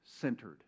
centered